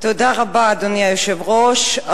אדוני היושב-ראש,